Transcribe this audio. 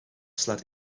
slaat